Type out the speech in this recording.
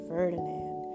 Ferdinand